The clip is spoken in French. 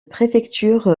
préfecture